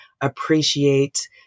appreciate